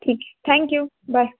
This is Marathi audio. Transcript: ठीक आहे थँक्यू बाय